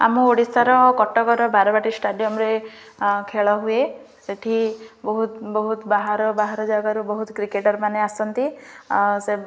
ଆମ ଓଡ଼ିଶାର କଟକର ବାରବାଟୀ ଷ୍ଟାଡ଼ିୟମ୍ରେ ଖେଳ ହୁଏ ସେଠି ବହୁତ ବହୁତ ବାହାର ବାହାର ଜାଗାରୁ ବହୁତ କ୍ରିକେଟର୍ ମାନେ ଆସନ୍ତି ସେ